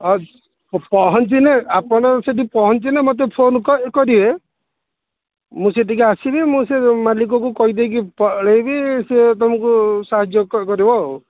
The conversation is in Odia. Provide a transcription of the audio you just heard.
ହଁ ପହଞ୍ଚିଲେ ଆପଣ ସେଠି ପହଞ୍ଚିଲେ ମୋତେ ଫୋନ୍ କରି କରିବେ ମୁଁ ସେଠିକି ଆସିବି ମୁଁ ସେ ମାଲିକକୁ କହି ଦେଇକି ପଳେଇବି ସେ ତମକୁ ସାହାଯ୍ୟ କରିବ ଆଉ